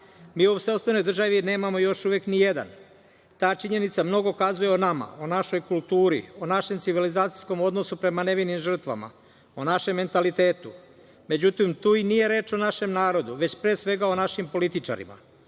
Mi u sopstvenoj državi nemamo još uvek ni jedan. Ta činjenica mnogo kazuje o nama, o našoj kulturi, o našem civilizacijskom odnosu prema nevinim žrtvama, o našem mentalitetu.Međutim, tu i nije reč o našem narodu, već pre svega o našim političarima.